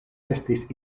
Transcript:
estis